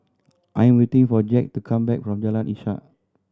I'm waiting for Jax to come back from Jalan Ishak